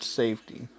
safety